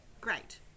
great